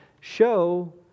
show